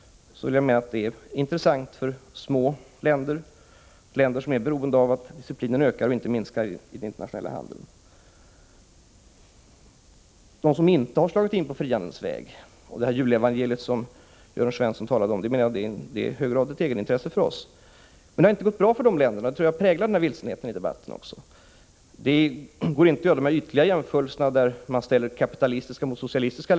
Jag menar att begreppet är intressant också för små länder, länder som är beroende av att disciplinen i fråga ökar och inte minskar i den internationella handeln. De länder som inte har slagit in på frihandelns väg — det julevangelium som Jörn Svensson talar om skulle vara ett egenintresse för oss — har det inte gått bra för. Det är också något som har präglat vilsenheten i denna debatt. Det går inte att göra ytliga jämförelser där man ställer kapitalistiska länder mot socialistiska.